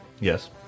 yes